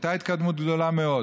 הייתה התקדמות גדולה מאוד,